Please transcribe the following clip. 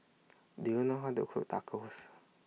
Do YOU know How to Cook Tacos